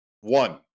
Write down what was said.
One